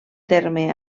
terme